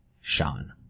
Shan